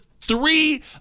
three